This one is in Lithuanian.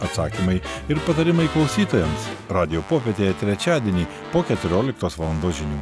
atsakymai ir patarimai klausytojams radijo popietėje trečiadienį po keturioliktos valandos žinių